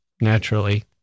Naturally